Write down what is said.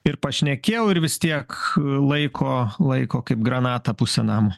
ir pašnekėjau ir vis tiek laiko laiko kaip granatą pusę namo